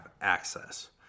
access